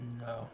No